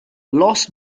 lost